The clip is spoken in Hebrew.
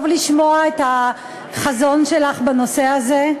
טוב לשמוע את החזון שלך בנושא הזה.